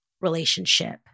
relationship